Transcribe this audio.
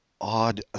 odd